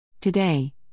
Today